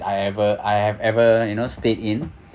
I ever I have ever you know stayed in